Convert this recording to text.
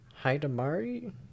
Hidamari